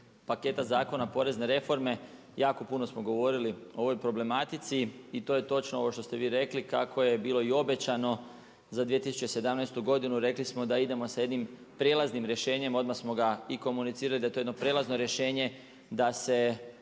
paketa zakona porezne reforme jako puno smo govorili o ovoj problematici i to je točno ovo što ste vi rekli kako je bilo i obećano za 2017. godinu, rekli smo da idemo sa jednim prijelaznim rješenjem, odmah smo ga i komunicirali da je to jedno prijelazno rješenje da se